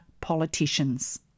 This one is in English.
politicians